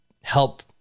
help